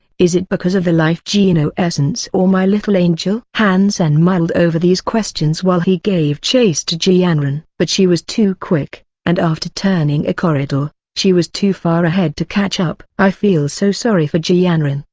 is it because of the life geno essence or my little angel? han sen mulled over these questions while he gave chase to ji yanran. but she was too quick, and after turning a corridor, she was too far ahead to catch up. i feel so sorry for ji yanran,